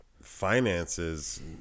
finances